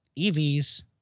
EVs